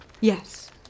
Yes